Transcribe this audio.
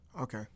Okay